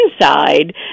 Inside